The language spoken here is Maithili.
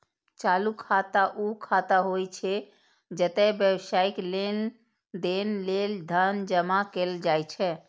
चालू खाता ऊ खाता होइ छै, जतय व्यावसायिक लेनदेन लेल धन जमा कैल जाइ छै